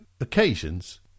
occasions